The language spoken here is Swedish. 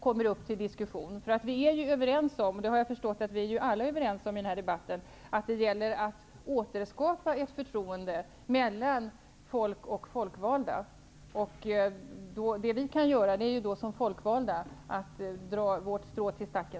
Alla i denna debatt är ju överens om att vi skall återskapa ett förtroende mellan folk och folkvalda. Det som vi som folkvalda kan göra är att dra vårt strå till stacken.